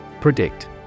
Predict